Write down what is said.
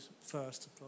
first